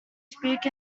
speak